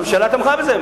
הממשלה תמכה בזה.